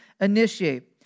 initiate